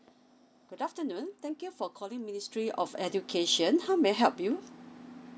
good afternoon thank you for calling ministry of education how may I help you